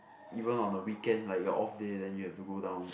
even on the weekend like your off day then you have to go down